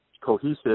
cohesive